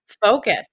focus